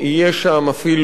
יהיה שם אפילו,